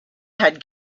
had